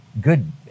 good